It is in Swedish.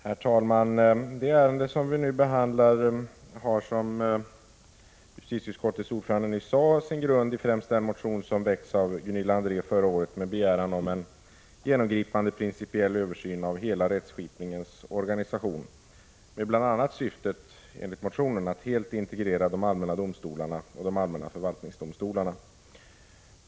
Herr talman! Det ärende som vi nu behandlar har, som justitieutskottets ordförande nyss sade, sin grund i främst den motion som väckts av Gunilla André förra året med begäran om en genomgripande principiell översyn av hela rättskipningens organisation med bl.a. syftet enligt motionen att helt integrera förvaltningsdomstolarna med de allmänna domstolarna.